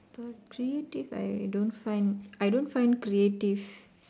for creative I don't find I don't find creative